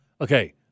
Okay